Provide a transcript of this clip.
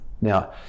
Now